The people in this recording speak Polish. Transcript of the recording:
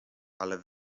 ale